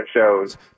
shows